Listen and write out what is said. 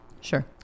Sure